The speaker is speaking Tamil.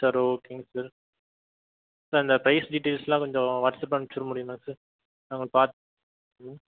சார் ஓகேங்க சார் சார் இந்த பிரைஸ் டீடெயில்ஸ்லாம் கொஞ்ச வாட்சப்பில் அனுப்பிச்சு விட முடியுமா சார் நான் கொஞ்ச பாத்